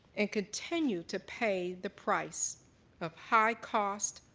and continue to pay the price of high cost,